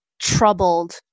troubled